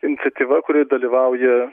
iniciatyva kurioj dalyvauja